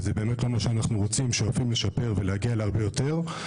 אנחנו שואפים לשפר ולהגיע להרבה יותר.